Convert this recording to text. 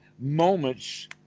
moments